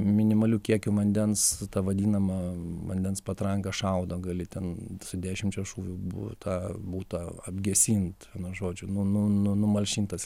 minimaliu kiekiu vandens ta vadinama vandens patranka šaudo gali ten su dešimčia šūvių butą butą apgesint vienu žodžiu nu nu nu numalšint tas